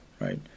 Right